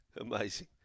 amazing